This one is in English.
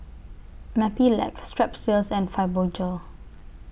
Mepilex Strepsils and Fibogel